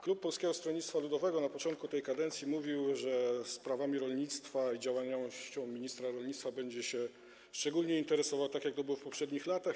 Klub Polskiego Stronnictwa Ludowego na początku tej kadencji mówił, że sprawami rolnictwa i działalnością ministra rolnictwa będzie szczególnie się interesował, tak jak to było w poprzednich latach.